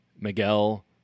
Miguel